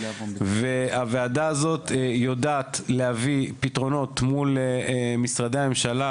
והוועדה הזאת יודעת להביא פתרונות מול משרדי הממשלה,